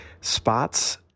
spots